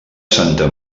santa